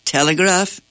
Telegraph